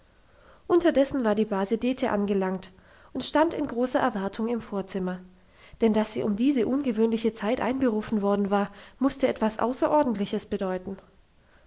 unterdessen war die base dete angelangt und stand in großer erwartung im vorzimmer denn dass sie um diese ungewöhnliche zeit einberufen worden war musste etwas außerordentliches bedeuten